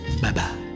bye-bye